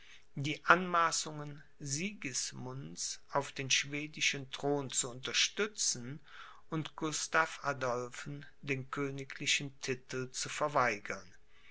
die anmaßungen sigismunds auf den schwedischen thron zu unterstützen und gustav adolphen den königlichen titel zu verweigern